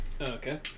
Okay